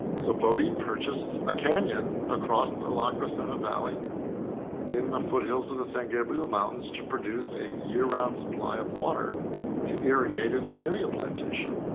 so boddy purchased a canyon across the la crescenta valley in the foothills of the san gabriel mountains to produce a year-round supply of water to irrigate his camellia plantation,